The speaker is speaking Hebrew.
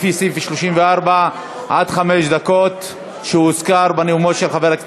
בעד, 52, מתנגדים, 32,